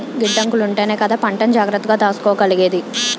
గిడ్డంగులుంటేనే కదా పంటని జాగ్రత్తగా దాసుకోగలిగేది?